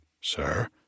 sir